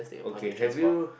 okay have you